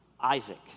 Isaac